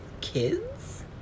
kids